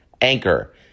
Anchor